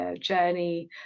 journey